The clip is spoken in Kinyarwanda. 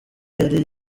yari